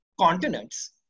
continents